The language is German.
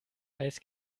eis